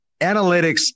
analytics